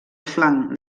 flanc